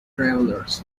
travelers